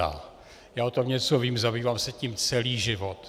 Já o tom něco vím, zabývám se tím celý život.